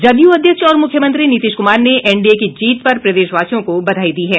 जदयू अध्यक्ष और मुख्यमंत्री नीतीश कुमार ने एनडीए की जीत पर प्रदेशवासियों को बधाई दी है